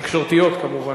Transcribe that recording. תקשורתיות כמובן.